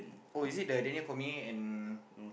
oh is it the Daniel and